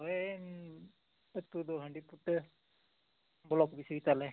ᱦᱳᱭ ᱟᱛᱳ ᱫᱚ ᱦᱟᱺᱰᱤ ᱠᱩᱴᱟᱹ ᱵᱞᱚᱠ ᱵᱤᱥᱩᱭ ᱛᱟᱞᱮ